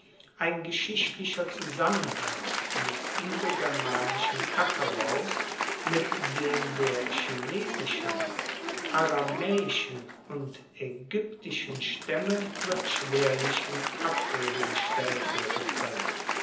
ein geschichtlicher zusammenhang des indogermanischen ackerbaus mit dem der chinesischen aramaeischen und aegyptischen staemme wird schwerlich in abrede gestellt werden koennen